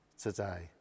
today